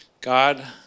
God